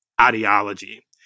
ideology